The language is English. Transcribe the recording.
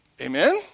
Amen